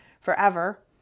forever